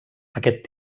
aquest